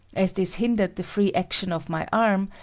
as this hindered the free action of my arm,